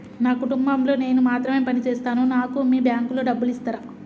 నా కుటుంబం లో నేను మాత్రమే పని చేస్తాను నాకు మీ బ్యాంకు లో డబ్బులు ఇస్తరా?